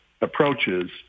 approaches